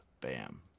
Bam